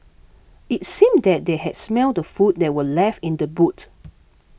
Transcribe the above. it seemed that they had smelt the food that were left in the boot